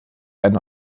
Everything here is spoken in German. einer